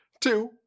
Two